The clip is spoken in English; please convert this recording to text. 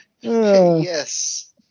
Yes